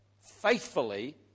faithfully